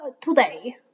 today